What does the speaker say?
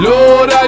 Lord